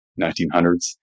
1900s